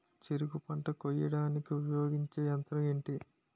చెరుకు పంట కోయడానికి ఉపయోగించే యంత్రం ఎంటి?